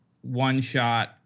one-shot